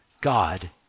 God